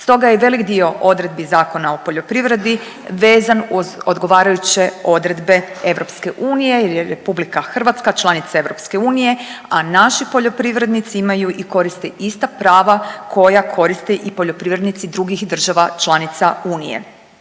stoga je velik dio odredbi Zakona o poljoprivredi vezan uz odgovarajuće odredbe EU jer je RH članica EU, a naši poljoprivrednici imaju i koriste ista prava koja koriste i poljoprivrednici drugih država članica Unije.